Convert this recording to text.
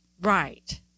Right